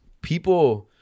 people